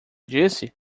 disse